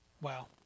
Wow